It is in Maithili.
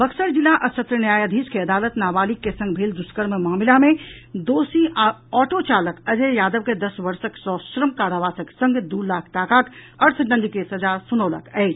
बक्सर जिला आ सत्र न्यायाधीश के अदालत नाबालिग के संग भेल दुष्कर्म मामिला मे दोषी ऑटो चालक अजय यादव के दस वर्षक सश्रम कारावासक संग दू लाख टाकाक अर्थदंड के सजा सुनौलक अछि